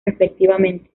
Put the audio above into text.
respectivamente